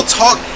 talk